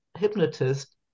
Hypnotist